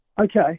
okay